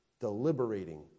deliberating